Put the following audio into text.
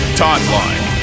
timeline